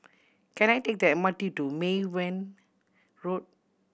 can I take the M R T to Mei Hwan Road